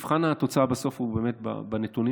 מבחן התוצאה בסוף הוא באמת בנתונים